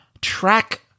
track